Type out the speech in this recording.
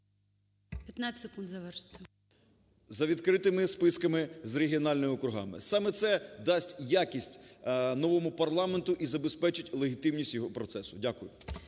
15 секунд завершити. СЕМЕНУХА Р.С. … за відкритими списками з регіональними округами. Саме це дасть якість новому парламенту і забезпечить легітимність його процесу. Дякую.